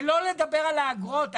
ולא לדבר על האגרות,